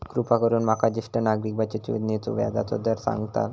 कृपा करून माका ज्येष्ठ नागरिक बचत योजनेचो व्याजचो दर सांगताल